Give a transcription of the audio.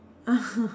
(uh huh)